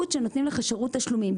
נותנים לך שירות תשלומים,